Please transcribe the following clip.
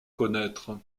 connaître